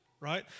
right